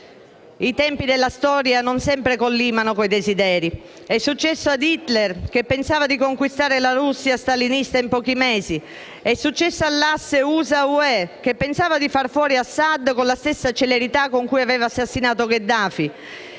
I tempi della storia non sempre collimano con i desideri. È successo a Hitler, che pensava di conquistare la Russia stalinista in pochi mesi; è successo all'asse USA-UE, che pensava di far fuori Assad con la stessa celerità con cui aveva assassinato Gheddafi.